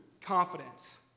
confidence